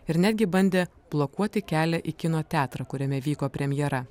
ir netgi bandė blokuoti kelią į kino teatrą kuriame vyko premjera